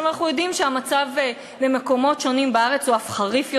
אנחנו יודעים שהמצב במקומות שונים בארץ הוא אף חריף יותר,